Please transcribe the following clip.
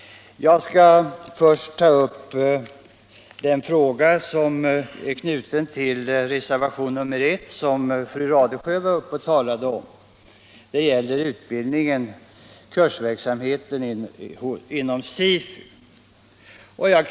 Jag skall först ta upp den fråga som behandlas i reservationen 1 och som fru Radesjö talade om. Det gäller alltså kursverksamheten inom SIFU.